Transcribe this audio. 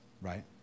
Right